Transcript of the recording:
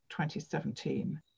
2017